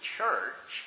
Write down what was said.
church